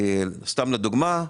לדוגמה,